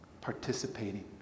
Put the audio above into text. participating